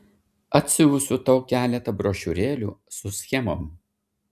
atsiųsiu tau keletą brošiūrėlių su schemom